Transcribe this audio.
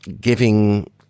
giving